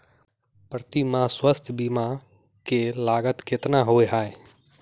प्रति माह स्वास्थ्य बीमा केँ लागत केतना होइ है?